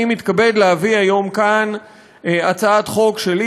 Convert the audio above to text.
אני מתכבד להביא היום כאן הצעת חוק שלי